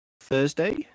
Thursday